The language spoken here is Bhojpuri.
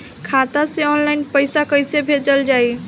खाता से ऑनलाइन पैसा कईसे भेजल जाई?